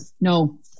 No